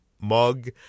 mug